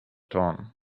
torn